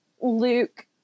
Luke